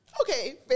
Okay